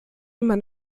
immer